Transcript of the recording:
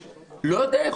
אני לא יודע,